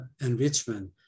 enrichment